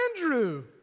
Andrew